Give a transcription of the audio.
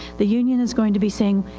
the union is going to be saying,